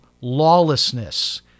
lawlessness